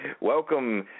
welcome